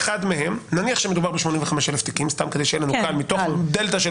מהם נניח שמדובר ב-85,000 תיקים מתוך דלתא של